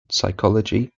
psychology